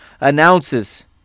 announces